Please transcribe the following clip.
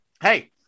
hey